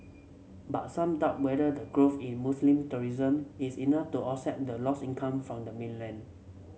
but some doubt whether the growth in Muslim tourism is enough to offset the lost income from the mainland